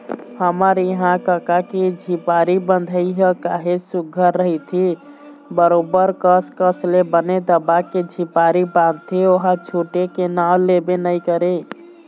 हमर इहाँ कका के झिपारी बंधई ह काहेच सुग्घर रहिथे बरोबर कस कस ले बने दबा के झिपारी बांधथे ओहा छूटे के नांव लेबे नइ करय